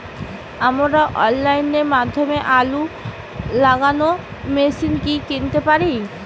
আমরা অনলাইনের মাধ্যমে আলু লাগানো মেশিন কি কিনতে পারি?